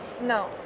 No